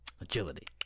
Agility